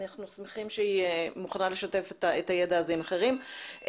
אנחנו שמחים שהיא מוכנה לשתף את הידע הזה עם אחרים.